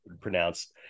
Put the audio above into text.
pronounced